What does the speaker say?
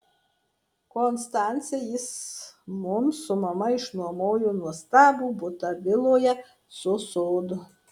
konstance jis mums su mama išnuomojo nuostabų butą viloje su sodu